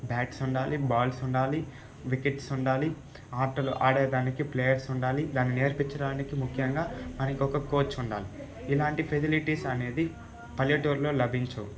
bats ఉండాలి balls ఉండాలి wickets ఉండాలి ఆటలు ఆడడానికి ప్లేయర్స్ ఉండాలి దాని నేర్పించడానికి ముఖ్యంగా దానికి ఒక కోచ్ ఉండాలి ఇలాంటి ఫెసిలిటీస్ అనేది పల్లెటూర్లో లభించవు